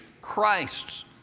Christ's